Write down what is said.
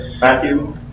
Matthew